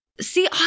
See